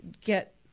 get